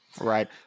Right